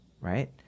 right